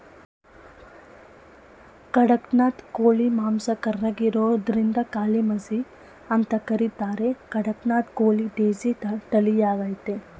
ಖಡಕ್ನಾಥ್ ಕೋಳಿ ಮಾಂಸ ಕರ್ರಗಿರೋದ್ರಿಂದಕಾಳಿಮಸಿ ಅಂತ ಕರೀತಾರೆ ಕಡಕ್ನಾಥ್ ಕೋಳಿ ದೇಸಿ ತಳಿಯಾಗಯ್ತೆ